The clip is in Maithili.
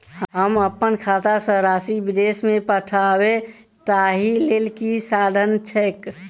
हम अप्पन खाता सँ राशि विदेश मे पठवै ताहि लेल की साधन छैक?